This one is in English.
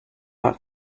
not